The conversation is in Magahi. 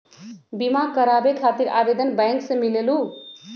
बिमा कराबे खातीर आवेदन बैंक से मिलेलु?